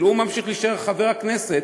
הוא ממשיך להישאר חבר הכנסת,